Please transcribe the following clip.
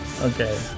Okay